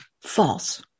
false